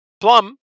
plum